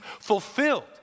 fulfilled